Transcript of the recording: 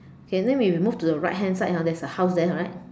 okay then we we move to the right hand side there's a house there right